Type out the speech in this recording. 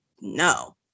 no